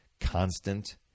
constant